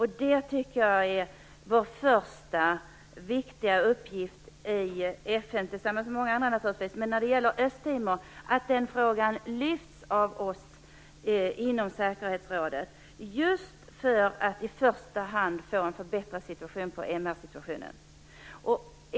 Jag tycker att vår första viktiga uppgift i FN - tillsammans med många andra naturligtvis - är att lyfta frågan om Östtimor inom säkerhetsrådet, just för att i första hand få en förbättring av MR-situationen.